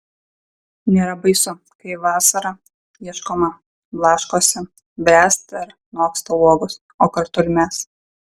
nėra baisu kai vasarą ieškoma blaškosi bręsta ir noksta uogos o kartu ir mes